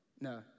No